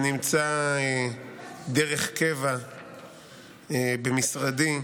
שנמצא דרך קבע במשרדי,